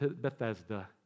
Bethesda